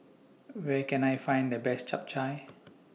Where Can I Find The Best Chap Chai